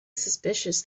suspicious